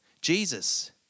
Jesus